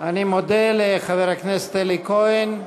אני מודה לחבר הכנסת אלי כהן.